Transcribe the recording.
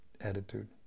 attitude